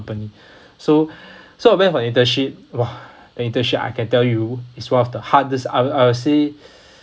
company so so I went for internship !wah! the internship I can tell you is one of the hardest I'll I'll say